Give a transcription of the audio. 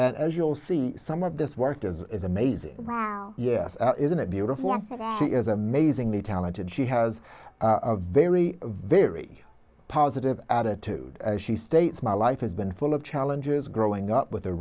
as you'll see some of this work as is amazing yes isn't it beautiful she is amazingly talented she has a very very positive attitude as she states my life has been full of challenges growing up with